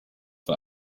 für